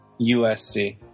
USC